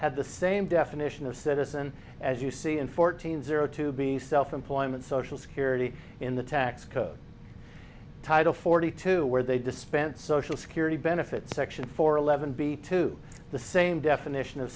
had the same definition of citizen as you see in fourteen zero to be self employment social security in the tax code title forty two where they dispense social security benefits section four eleven b two the same definition of